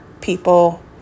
people